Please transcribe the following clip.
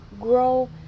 grow